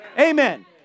Amen